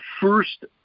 first